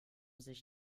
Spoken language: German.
sich